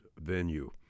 venue